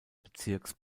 bezirks